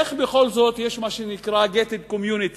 איך בכל זאת יש מה שנקרא ghetto communities?